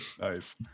Nice